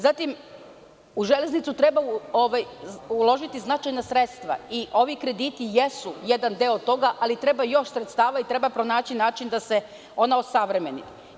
Zatim, u železnicu treba uložiti značajna sredstva i ovi krediti jesu jedan deo toga, ali treba još sredstava i treba pronaći način da se ona osavremeni.